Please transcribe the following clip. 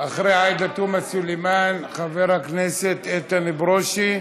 אחרי עאידה תומא סלימאן, חבר הכנסת איתן ברושי,